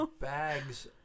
bags